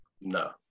no